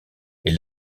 est